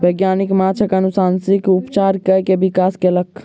वैज्ञानिक माँछक अनुवांशिक उपचार कय के विकास कयलक